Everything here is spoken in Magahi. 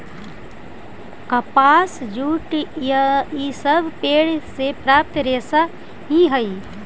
कपास, जूट इ सब पेड़ से प्राप्त रेशा ही हई